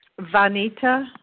Vanita